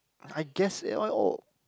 I guess all all